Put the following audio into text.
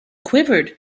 quivered